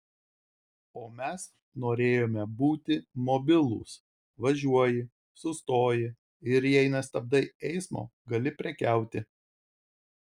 o mes norėjome būti mobilūs važiuoji sustoji ir jei nestabdai eismo gali prekiauti